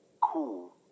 Cool